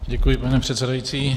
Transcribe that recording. Děkuji, pane předsedající.